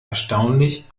erstaunlich